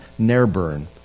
Nairburn